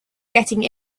getting